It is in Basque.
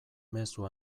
mezu